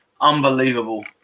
Unbelievable